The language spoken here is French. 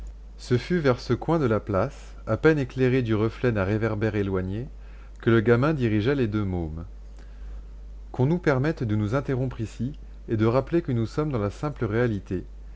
ce fut vers ce coin de la place à peine éclairé du reflet d'un réverbère éloigné que le gamin dirigea les deux mômes qu'on nous permette de nous interrompre ici et de rappeler que nous sommes dans la simple réalité